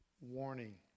warning